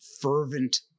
fervent